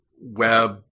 web